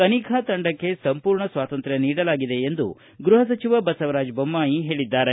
ತನಿಖಾ ತಂಡಕ್ಕೆ ಸಂಪೂರ್ಣ ಸ್ವಾತಂತ್ರ್ಯ ನೀಡಲಾಗಿದೆ ಎಂದು ಗ್ಲಹ ಸಚಿವ ಬಸವರಾಜ ಬೊಮ್ದಾಯಿ ಹೇಳಿದ್ದಾರೆ